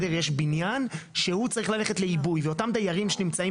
יש בניין שצריך ללכת לעיבוי ואותם דיירים שנמצאים